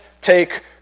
take